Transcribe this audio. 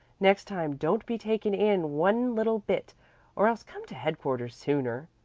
next time don't be taken in one little bit or else come to headquarters sooner.